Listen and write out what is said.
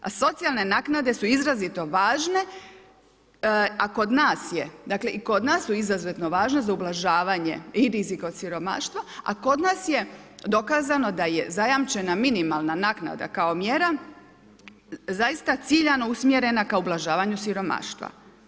A socijalne naknade su izrazito važne, a kod nas je, dakle i kod nas su izuzetno važne za ublažavanje i rizik od siromaštva, a kod nas je dokazano da je zajamčena minimalna naknada kao mjera zaista ciljano usmjerena ka ublažavanju siromaštva.